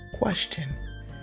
question